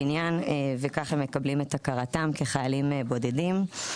וכך הם מקבלים את הכרתם כחיילים בודדים.